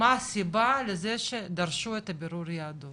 מה הסיבה לזה שדרשו את הבירור יהדות,